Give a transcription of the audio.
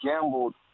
gambled